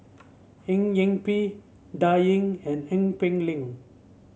Eng Yee Peng Dan Ying and Ee Peng Liang